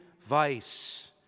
vice